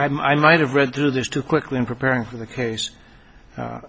i might have read through this too quickly in preparing for the case